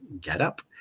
get-up